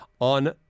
on